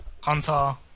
hunter